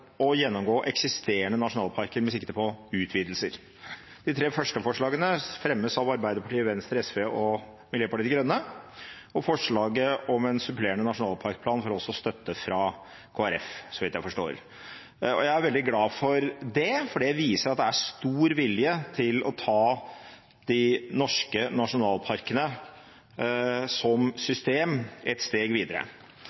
å gjennomgå eksisterende nasjonalparker med sikte på utvidelser. Tre av forslagene fremmes av Arbeiderpartiet, Venstre, SV og Miljøpartiet De Grønne, og forslaget om en supplerende nasjonalparkplan får også støtte fra Kristelig Folkeparti, så vidt jeg forstår. Jeg er veldig glad for det, for det viser at det er stor vilje til å ta de norske nasjonalparkene som